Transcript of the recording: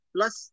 Plus